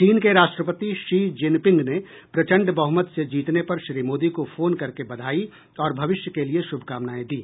चीन के राष्ट्रपति शी जिनपिंग ने प्रचंड बहुमत से जीतने पर श्री मोदी को फोन करके बधाई और भविष्य के लिये शुभकामनाएं दी